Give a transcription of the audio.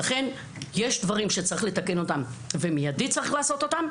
לכן יש דברים שצריך לתקן ולעשות אותם באופן מידי,